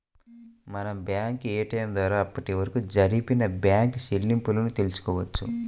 మనం bank ATM ద్వారా అప్పటివరకు జరిపిన బ్యేంకు చెల్లింపులను తెల్సుకోవచ్చు